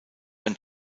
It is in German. ein